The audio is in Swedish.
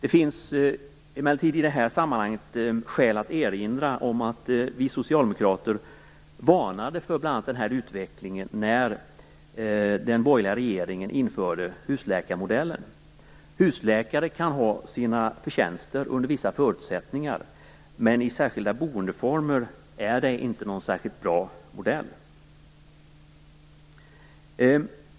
I detta sammanhang finns det emellertid skäl att erinra om att vi socialdemokrater varnade för bl.a. denna utveckling när den borgerliga regeringen införde husläkarmodellen. Husläkarsystemet kan ha sina förtjänster under vissa förutsättningar, men för särskilda boendeformer är det inte någon särskilt bra modell.